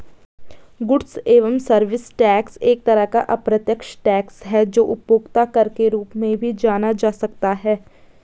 goods and service tax एक तरह का अप्रत्यक्ष टैक्स है जो उपभोक्ता कर के रूप में भी जाना जा सकता है